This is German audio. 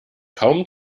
kaum